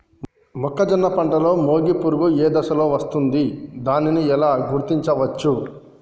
మొక్కజొన్న పంటలో మొగి పురుగు ఏ దశలో వస్తుంది? దానిని ఎలా గుర్తించవచ్చు?